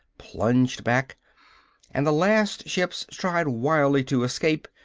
plunged back and the last ships tried wildly to escape,